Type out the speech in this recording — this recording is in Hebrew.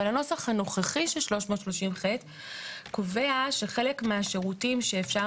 אבל הנוסח הנוכחי של 330ח קובע שחלק מהשירותים שאפשר